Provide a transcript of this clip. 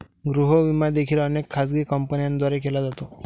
गृह विमा देखील अनेक खाजगी कंपन्यांद्वारे केला जातो